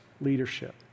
leadership